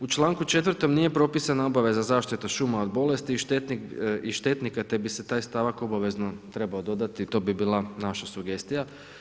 U članku 4. nije propisana obaveza zaštita šuma od bolesti i štetnika te bi se u ovaj stavak obavezno trebao dodati, to bi bila naša sugestija.